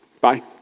Bye